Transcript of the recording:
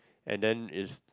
and then is